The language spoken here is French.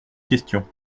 question